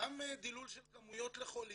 גם דילול של כמויות לחולים.